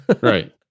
Right